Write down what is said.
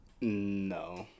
No